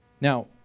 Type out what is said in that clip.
Now